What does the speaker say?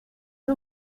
ari